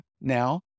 now